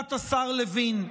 כדוגמת השר לוין.